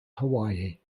hawaii